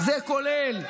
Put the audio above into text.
זה כולל,